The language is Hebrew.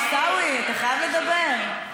עיסאווי, אתה חייב לדבר.